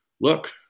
look